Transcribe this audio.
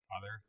father